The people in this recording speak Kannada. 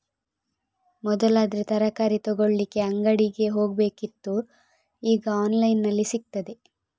ಮೊದಲಾದ್ರೆ ತರಕಾರಿ ತಗೊಳ್ಳಿಕ್ಕೆ ಅಂಗಡಿಗೆ ಹೋಗ್ಬೇಕಿತ್ತು ಈಗ ಆನ್ಲೈನಿನಲ್ಲಿ ಸಿಗ್ತದೆ